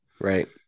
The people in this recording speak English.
Right